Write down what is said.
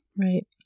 Right